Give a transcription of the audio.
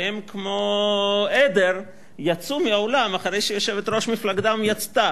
והם כמו עדר יצאו מהאולם אחרי שיושבת-ראש מפלגתם יצאה.